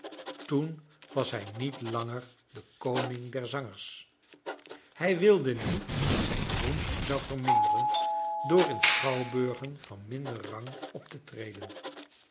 toen was hij niet langer de koning der zangers hij wilde niet dat zijn roem zou verminderen door in schouwburgen van minder rang op te treden